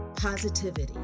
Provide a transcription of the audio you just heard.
positivity